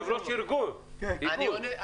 אתה יושב-ראש ארגון, איגוד.